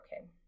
okay